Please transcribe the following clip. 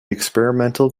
experimental